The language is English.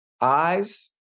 eyes